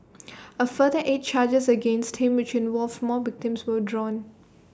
A further eight charges against him which involved more victims were drawn